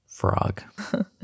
frog